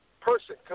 person